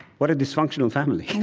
what a dysfunctional family.